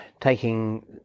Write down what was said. taking